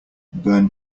burn